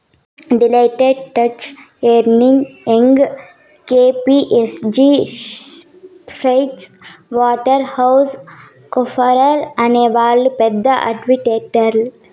Deloitte, Touche Ernst, Young KPMG Pricewaterhouse కూపర్స్అనే వాళ్ళు పెద్ద ఆడిటర్లే